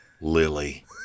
Lily